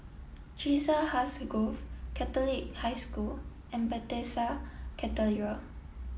Chiselhurst Grove Catholic High School and Bethesda Cathedral